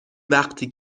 وقتی